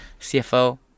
CFO